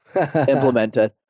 implemented